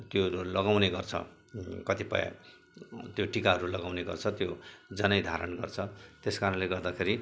त्यो लगाउने गर्छ कतिपय त्यो टिकाहरू लगाउने गर्छ त्यो जनै धारण गर्छ त्यस कारणले गर्दाखेरि